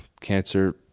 cancer